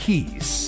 Keys